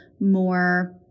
more